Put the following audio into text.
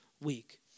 week